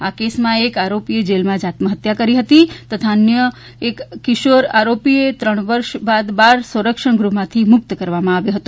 આ કેસમાં એક આરોપીએ જેલમાં જ આત્મહત્યા કરીફ હતી તથા એક અન્ય કિશોર આરોપીને ત્રણ વર્ષ બાદ બાળ સંરક્ષણ ગૃહમાંથી મુક્ત કરવામાં આવ્યો હતો